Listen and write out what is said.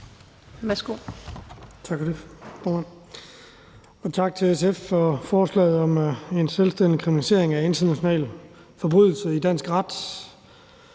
Tak for det, formand. Og tak til SF for forslaget om en selvstændig kriminalisering af internationale forbrydelser i dansk ret.